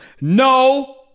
no